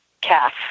calf